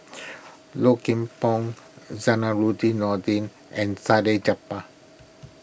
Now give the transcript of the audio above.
Low Kim Pong Zainudin Nordin and Salleh Japar